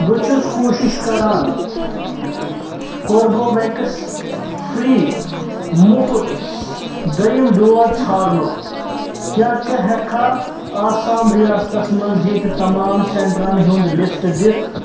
بہٕ چھُس کوٗشِش کران کوربِوٮ۪کٕس فرٛی مُفٕط دٔیِم ڈوز ژھانڈنُک کیٛاہ ژٕ ہٮ۪ککھا آسام رِیاستس مَنٛز ییٚتہِ تمام سینٹرن ہُنٛد لسٹ دِتھ